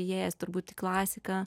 įėjęs turbūt į klasiką